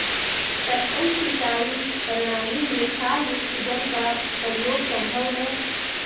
टपकन सिंचाई प्रणाली में क्षारयुक्त जल का प्रयोग संभव है